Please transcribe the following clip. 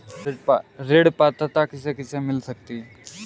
ऋण पात्रता किसे किसे मिल सकती है?